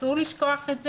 אסור לשכוח את זה,